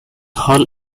hall